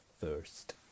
first